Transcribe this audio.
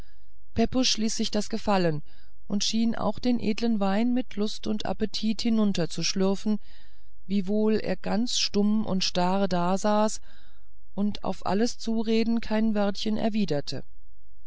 pepusch ließ sich das gefallen und schien auch den edlen wein mit lust und appetit hinunterzuschlürfen wiewohl er ganz stumm und starr dasaß und auf alles zureden kein wörtchen erwiderte